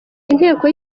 intego